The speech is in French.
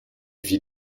vit